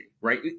right